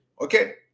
okay